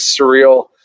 surreal